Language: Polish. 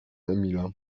emila